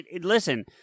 listen